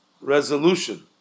resolution